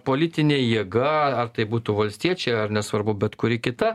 politinė jėga ar tai būtų valstiečiai ar nesvarbu bet kuri kita